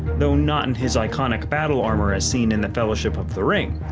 though not in his iconic battle armor as seen in the fellowship of the ring.